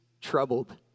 troubled